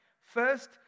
First